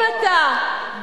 גם ביהודה ושומרון אפשר.